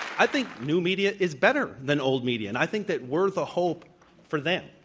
i think new media is better than old media, and i think that we're the hope for them.